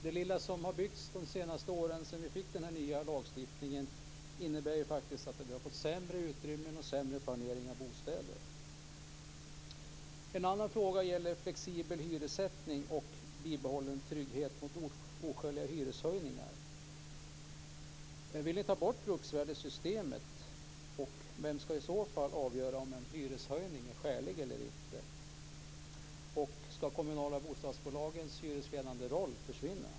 Det lilla som har byggts de senaste åren, sedan vi fick den här nya lagstiftningen, har faktiskt inneburit att vi har fått sämre utrymmen och sämre planering av bostäder. En annan fråga gäller flexibel hyressättning och bibehållen trygghet mot oskäliga hyreshöjningar. Vill ni ta bort bruksvärdessystemet, och vem ska i så fall avgöra om en hyreshöjning är skälig eller inte? Ska de kommunala bostadsbolagens hyresledande roll försvinna?